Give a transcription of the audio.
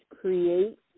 create